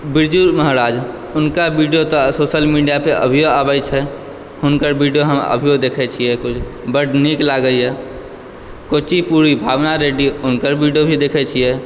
बिरजू महाराज हुनकर वीडियो तऽ social media पर अभिओ अबैत छै हुनकर भीडियो हम अभियो देखैत छियै कुछ बड्ड नीक लागयए कुचिपुड़ी भावना रेड्डी हुनकर भीडियो भी देखैत छियै